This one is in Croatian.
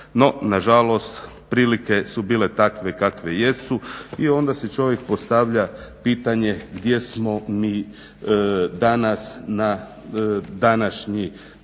nažalost prilike su bile takve kakve jesu i onda si čovjek postavlja pitanje gdje smo mi danas na današnji